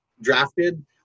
drafted